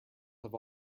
have